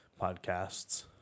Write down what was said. podcasts